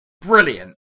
Brilliant